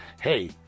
hey